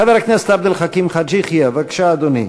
חבר הכנסת עבד אל חכים חאג' יחיא, בבקשה, אדוני.